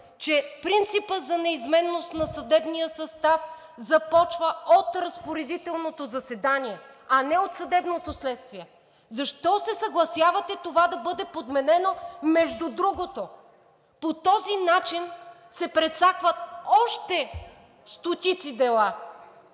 че принципът за неизменност на съдебния състав започва от разпоредителното заседание, а не от съдебното следствие, защо се съгласявате това да бъде подменено между другото?! По този начин се прецакват още стотици дела